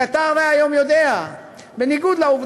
כי הרי אתה יודע היום שבניגוד לעובדה,